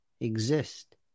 exist